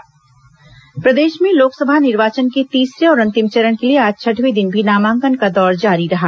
लोकसभा चुनाव नामांकन प्रदेश में लोकसभा निर्वाचन के तीसरे और अंतिम चरण के लिए आज छठवें दिन भी नामांकन का दौर जारी रहा